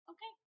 Okay